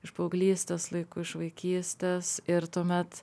iš paauglystės laikų iš vaikystės ir tuomet